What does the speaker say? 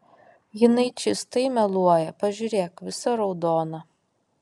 jinai čystai meluoja pažiūrėk visa raudona